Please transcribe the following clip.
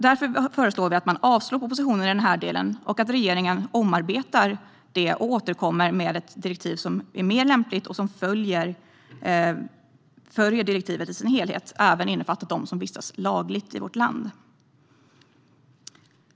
Vi föreslår därför att propositionen ska avslås i denna del och att regeringen ska omarbeta den och återkomma med en proposition som är mer lämplig och som följer direktivet i sin helhet, även när det gäller dem som vistas lagligt i vårt land.